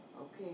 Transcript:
Okay